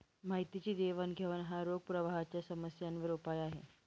माहितीची देवाणघेवाण हा रोख प्रवाहाच्या समस्यांवर उपाय आहे